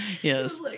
yes